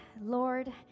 Lord